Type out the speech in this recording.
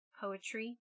poetry